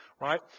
right